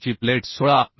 ची प्लेट 16 मि